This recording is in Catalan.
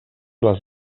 les